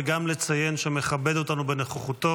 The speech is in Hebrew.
וגם לציין שמכבד אותנו בנוכחותו